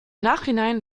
nachhinein